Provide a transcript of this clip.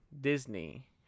Disney